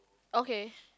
okay